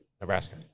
Nebraska